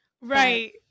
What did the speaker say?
Right